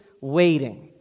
waiting